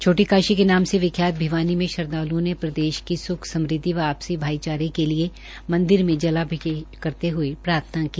छोटी काशी के नाम से विख्यात भिवानी में भी श्रद्वाल्ओं ने प्रदेश की सुख समुद्धि व आपसी भाईचारे के लिए मन्दिर में जलाभिषेक करते हए प्रार्थना की